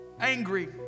angry